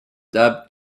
depth